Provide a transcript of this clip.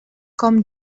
com